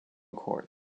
cord